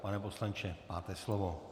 Pane poslanče, máte slovo.